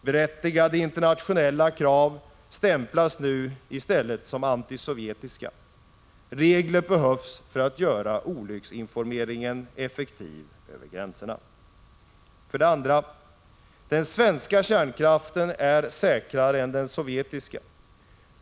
Berättigade internationella krav stämplas nu i stället som antisovjetiska. Regler behövs för att göra olycksinformeringen effektiv över gränserna. 2. Den svenska kärnkraften är säkrare än den sovjetiska.